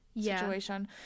situation